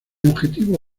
objetivo